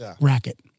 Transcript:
racket